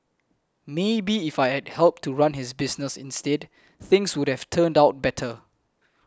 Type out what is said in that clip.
maybe if I had helped to run his business instead things would have turned out better